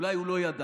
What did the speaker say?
אולי הוא לא ידע,